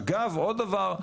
אגב, עוד דבר,